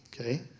Okay